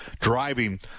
driving